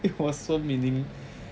it was so meaning